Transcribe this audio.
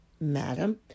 Madam